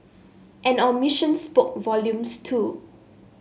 an omission spoke volumes too